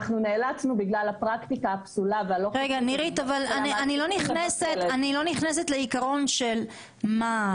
אנחנו נאלצנו בגלל הפרקטיקה הפסולה --- אני לא נכנסת לעיקרון של מה,